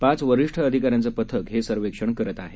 पाच वरिष्ठ अधिकाऱ्यांच पथक हे सर्वेक्षण करत आहे